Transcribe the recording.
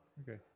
Okay